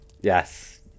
Yes